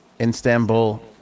Istanbul